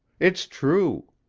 it's true.